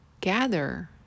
gather